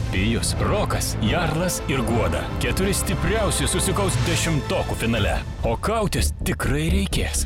pijus rokas jarlas ir guoda keturi stipriausi susikaus dešimtokų finale o kautis tikrai reikės